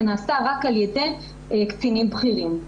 זה נעשה רק על-ידי קצינים בכירים.